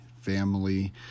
family